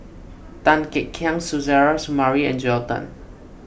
Tan Kek Hiang Suzairhe Sumari and Joel Tan